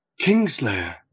Kingslayer